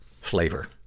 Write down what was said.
flavor